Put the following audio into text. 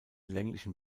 länglichen